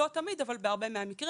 לא תמיד אבל בהרבה מהמקרים.